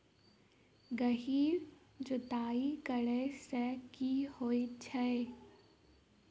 गहिर जुताई करैय सँ की होइ छै?